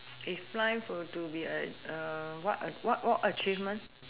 if life were to be a a what a what what achievement